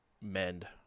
mend